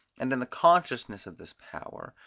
and in the consciousness of this power,